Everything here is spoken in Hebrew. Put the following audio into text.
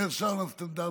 אומר אמסטרדמסקי,